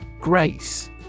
Grace